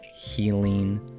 healing